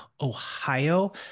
Ohio